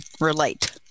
relate